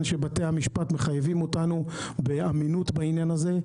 שבתי המשפט מחייבים אותנו באמינות בעניין הזה.